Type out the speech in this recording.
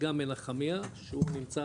גם מנחמיה שהוא נמצא